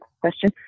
question